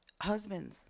Husbands